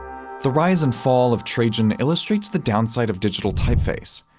the rise and fall of trajan illustrates the downside of digital typeface.